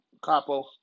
Capo